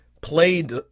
played